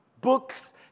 Books